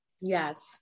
Yes